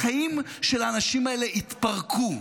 החיים של האנשים האלה התפרקו,